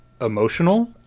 emotional